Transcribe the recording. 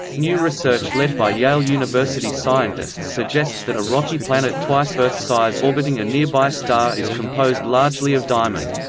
new research led by yale university scientists suggests that a rocky planet twice earth's size orbiting a nearby star is composed largely of diamond.